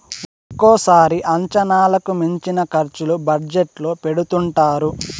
ఒక్కోసారి అంచనాలకు మించిన ఖర్చులు బడ్జెట్ లో పెడుతుంటారు